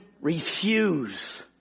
refuse